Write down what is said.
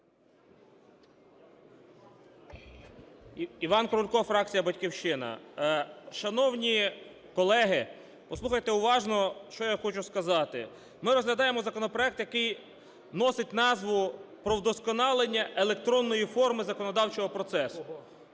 Іван Крулько, фракція "Батьківщина". Шановні колеги, послухайте уважно, що я хочу сказати. Ми розглядаємо законопроект, який носить назву "про вдосконалення електронної форми законодавчого процесу".